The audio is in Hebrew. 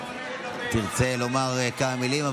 תרצה לומר כמה מילים.